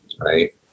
right